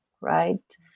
right